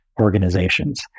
organizations